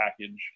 package